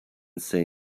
say